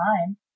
time